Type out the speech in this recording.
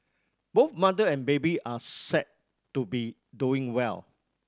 both mother and baby are said to be doing well